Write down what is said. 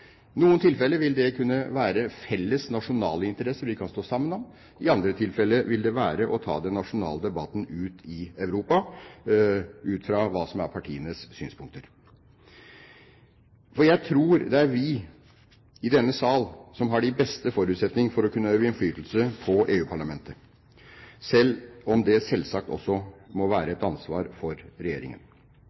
noen tilfeller vil det kunne være felles nasjonale interesser vi kan stå sammen om, i andre tilfeller vil det være å ta den nasjonale debatten ut i Europa, ut fra hva som er partienes synspunkter. For jeg tror det er vi i denne sal som har de beste forutsetninger for å kunne øve innflytelse på EU-parlamentet – selv om det selvsagt også må være et ansvar for regjeringen.